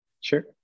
Sure